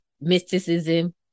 mysticism